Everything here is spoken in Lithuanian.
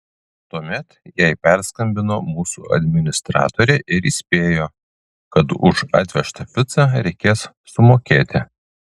tuomet jai perskambino mūsų administratorė ir įspėjo kad už atvežtą picą reiks sumokėti